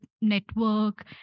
network